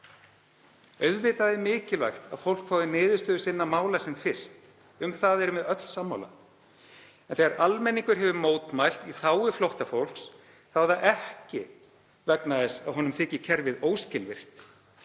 Auðvitað er mikilvægt að fólk fái niðurstöðu sinna mála sem fyrst. Um það erum við öll sammála. En þegar almenningur hefur mótmælt í þágu flóttafólks er það ekki vegna þess að honum þyki kerfið óskilvirkt,